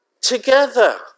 Together